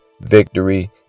victory